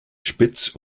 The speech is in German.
spitz